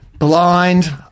Blind